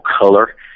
color